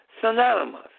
Synonymous